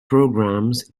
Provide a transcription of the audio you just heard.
programmes